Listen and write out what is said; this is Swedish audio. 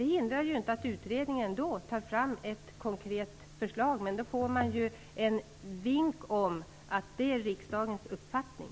Det hindrar inte att utredningen tar fram ett konkret förslag, men man får en vink om riksdagens uppfattning.